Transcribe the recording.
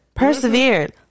persevered